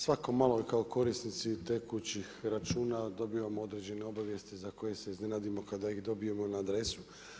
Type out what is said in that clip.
Svako malo kao korisnici tekućih računa dobivamo određene obavijesti za koje se iznenadimo kada ih dobijemo na adresu.